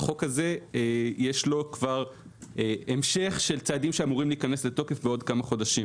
לחוק הזה יש המשך של צעדים שאמורים להיכנס לתוקף בעוד כמה חודשים.